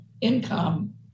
income